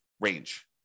range